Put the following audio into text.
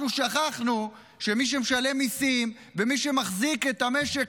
אנחנו שכחנו שמי שמשלם מיסים ומי שמחזיק את המשק,